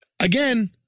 Again